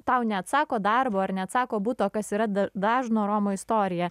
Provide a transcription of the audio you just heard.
tau neatsako darbo ar neatsako buto kas yra da dažno romo istorija